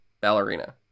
Ballerina